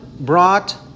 brought